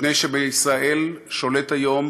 מפני שבישראל שולט היום